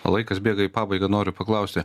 o laikas bėga į pabaigą noriu paklausti